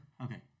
Okay